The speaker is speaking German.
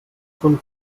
von